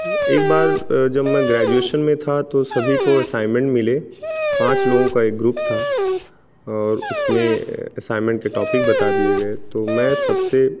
एक बार जब मैं ग्रेजुएशन में था तो सभी को असाइनमेंट मिले पाँच लोगों का एक ग्रूप था और उसमें असाइनमेंट के टॉपिक बता दिए गए तो मैं सबसे